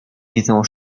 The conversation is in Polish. widzę